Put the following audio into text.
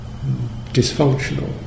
dysfunctional